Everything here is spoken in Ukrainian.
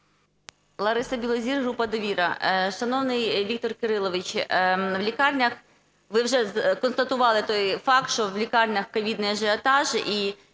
Лариса Білозір, група "Довіра". Шановний Віктор Кирилович, в лікарнях, ви вже констатували той факт, що в лікарнях ковідний ажіотаж і